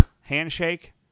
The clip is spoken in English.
Handshake